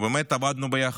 ובאמת עבדנו יחד.